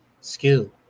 skill